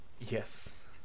Yes